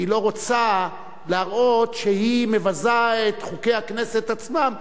כי היא לא רוצה להראות שהיא מבזה את חוקי הכנסת עצמם,